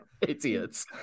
Idiots